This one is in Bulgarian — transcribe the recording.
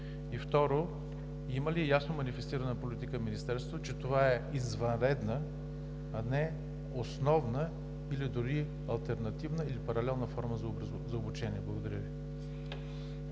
И второ, има ли ясно манифестирана политика Министерството, че това е извънредна, а не основна или дори алтернативна, или паралелна форма за обучение? Благодаря Ви.